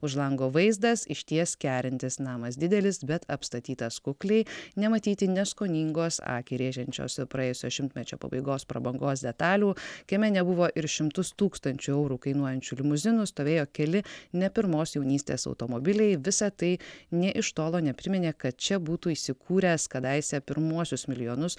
už lango vaizdas išties kerintis namas didelis bet apstatytas kukliai nematyti neskoningos akį rėžiančios praėjusio šimtmečio pabaigos prabangos detalių kieme nebuvo ir šimtus tūkstančių eurų kainuojančių limuzinų stovėjo keli ne pirmos jaunystės automobiliai visa tai nė iš tolo nepriminė kad čia būtų įsikūręs kadaise pirmuosius milijonus